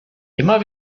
immer